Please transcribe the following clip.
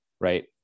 right